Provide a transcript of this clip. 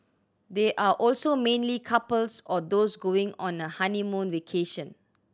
they are also mainly couples or those going on a honeymoon vacation